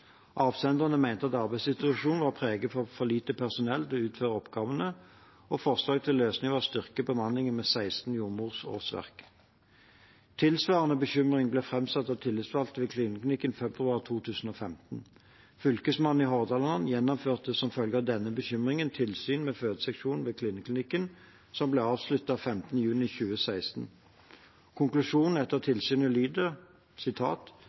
Avsenderne mente at arbeidssituasjonen var preget av for lite personell til å utføre oppgavene, og forslag til løsning var å styrke bemanningen med 16 jordmorårsverk. Tilsvarende bekymring ble framsatt av tillitsvalgte ved kvinneklinikken i februar 2015. Fylkesmannen i Hordaland gjennomførte som følge av denne bekymringen tilsyn ved fødeseksjonen ved kvinneklinikken, som ble avsluttet 15. juni 2016. Konklusjonen etter